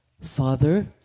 Father